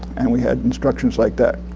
and we had instructions like that,